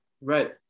right